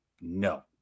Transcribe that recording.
No